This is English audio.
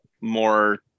more